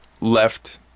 left